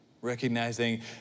Recognizing